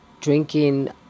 drinking